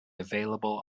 available